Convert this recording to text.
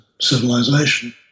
civilization